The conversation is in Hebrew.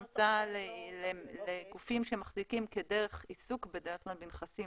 זאת המצאה לגופים שמחזיקים כדרך עיסוק בדרך כלל בנכסים